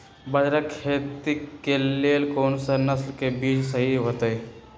बाजरा खेती के लेल कोन सा नसल के बीज सही होतइ?